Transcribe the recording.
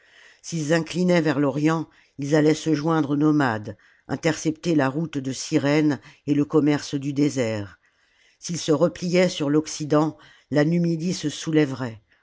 inclmaient vers l'orient ils allaient se joindre aux nomades intercepter la route de cyrène et le commerce du désert s'ils se repliaient sur l'occident la numidie